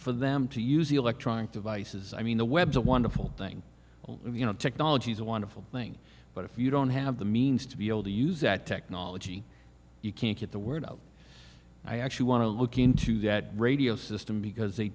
for them to use electronic devices i mean the web's a wonderful thing you know technology is a wonderful thing but if you don't have the means to be able to use that technology you can't get the word out i actually want to look into that radio system because they